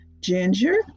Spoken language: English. Ginger